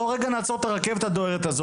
בוא רגע נעצור את הרכבת הזאתי,